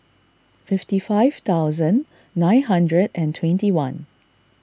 fifty five thousand nine hundred and twenty one